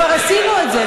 אנחנו כבר עשינו את זה,